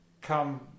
come